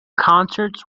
concerts